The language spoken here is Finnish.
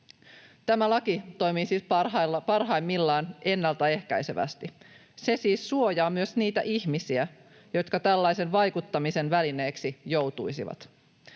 Tämä laki toimii siis parhaimmillaan ennaltaehkäisevästi. Se siis suojaa myös niitä ihmisiä, jotka tällaisen vaikuttamisen välineeksi joutuisivat.